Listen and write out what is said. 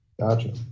Gotcha